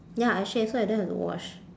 ya I shave so I don't have to wash